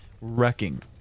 wrecking